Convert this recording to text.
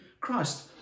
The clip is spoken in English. Christ